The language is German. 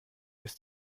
ist